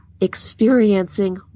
Experiencing